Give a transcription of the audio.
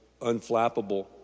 unflappable